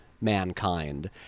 mankind